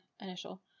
initial